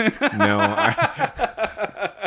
No